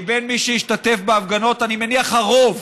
מבין מי שהשתתף בהפגנות, אני מניח שהרוב